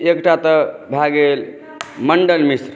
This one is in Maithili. एकटा तऽ भए गेल मण्डन मिश्र